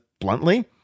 Bluntly